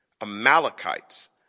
Amalekites